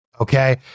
Okay